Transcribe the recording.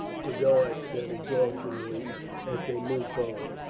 boduoc said exultingly as they moved forward.